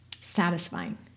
satisfying